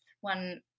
one